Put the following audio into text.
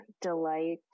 delight